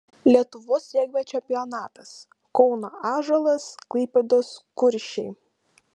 lietuvos regbio čempionatas kauno ąžuolas klaipėdos kuršiai